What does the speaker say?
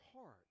heart